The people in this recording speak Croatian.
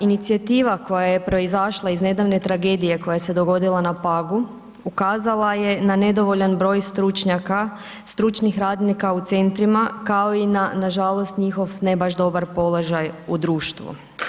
Inicijativa koja je proizašla iz nedavne tragedije koja se dogodila na Pagu ukazala je na nedovoljan broj stručnjaka, stručnih radnika u centrima kao i na nažalost njihov ne baš dobar položaj u društvu.